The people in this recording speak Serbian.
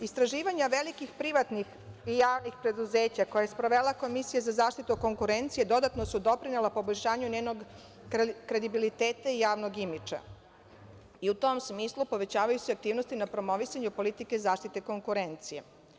Istraživanja velikih privatnih i javnih preduzeća, koja je sprovela Komisija za zaštitu konkurencije, dodatno su doprinela poboljšanju njenog kredibiliteta i javnog imidža i u tom smislu povećavaju se aktivnosti u promovisanju politike zaštite konkurencije.